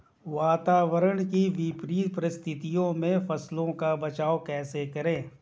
वातावरण की विपरीत परिस्थितियों में फसलों का बचाव कैसे करें?